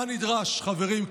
מה נדרש, חברים?